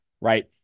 right